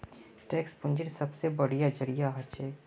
tax पूंजीर सबसे बढ़िया जरिया हछेक